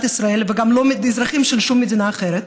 ישראל וגם לא אזרחים של שום מדינה אחרת.